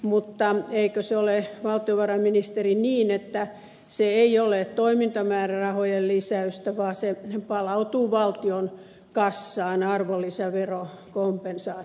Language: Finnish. mutta eikö se ole valtiovarainministeri niin että se ei ole toimintamäärärahojen lisäystä vaan se palautuu valtion kassaan arvonlisäverokompensaationa